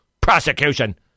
prosecution